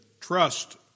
trust